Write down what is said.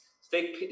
stay